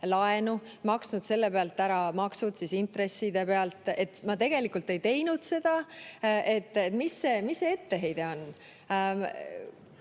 laenu, maksnud selle pealt ära maksud, siis intresside pealt, aga ma tegelikult ei teinud seda? Mis see etteheide on? Ma